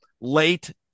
late